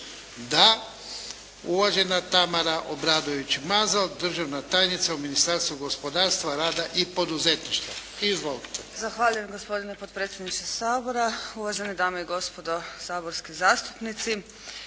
Da. Uvažena Tamara Obradović Mazal državna tajnica u Ministarstvu gospodarstva, rada i poduzetništva. Izvolite. **Obradović Mazal, Tamara** Zahvaljujem. Gospodine potpredsjedniče Sabora, uvažene dame i gospodo saborski zastupnici.